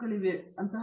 ಉಷಾ ಮೋಹನ್ ಹೌದು